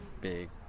big